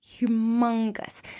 humongous